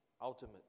ultimate